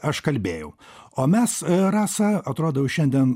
aš kalbėjau o mes rasa atrodo jau šiandien